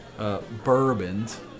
Bourbons